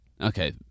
Okay